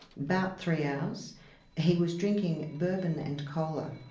about three hours he was drinking bourbon and cola,